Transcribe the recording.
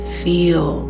feel